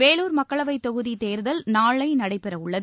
வேலூர் மக்களவைத் தொகுதி தேர்தல் நாளை நடைபெற உள்ளது